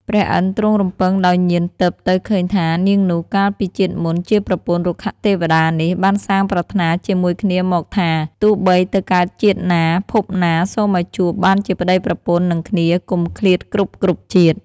ព្រះឥន្ធទ្រង់រំពឹងដោយញាណទិព្វទៅឃើញថា នាងនោះ កាលពីជាតិមុនជាប្រពន្ធរុក្ខទេវតានេះ បានសាងប្រាថ្នាជាមួយគ្នាមកថា “ទោះបីទៅកើតជាតិណា ភពណាសូមឱ្យជួប បានជាប្ដីប្រពន្ធនិងគ្នា កុំឃ្លាតគ្រប់ៗជាតិ”។